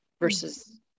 versus